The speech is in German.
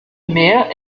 mehr